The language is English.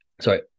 sorry